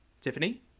Tiffany